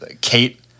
Kate